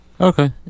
Okay